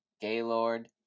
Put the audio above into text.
Gaylord